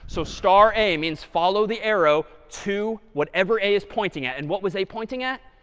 so star a means follow the arrow to whatever a is pointing at. and what was a pointing at?